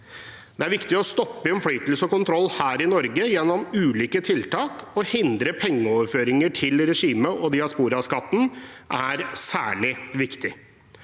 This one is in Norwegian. Det er viktig å stoppe innflytelse og kontroll her i Norge gjennom ulike tiltak og hindre pengeoverføringer til regimet, og diasporaskatten er særlig viktig.